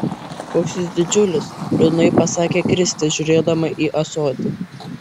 koks jis didžiulis liūdnai pasakė kristė žiūrėdama į ąsotį